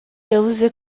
yavuze